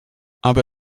aber